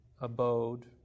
abode